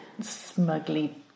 Smugly